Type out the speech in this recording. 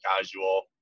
casual